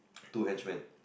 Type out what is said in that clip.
two henchmen